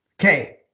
Okay